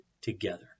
together